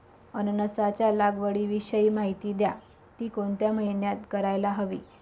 अननसाच्या लागवडीविषयी माहिती द्या, ति कोणत्या महिन्यात करायला हवी?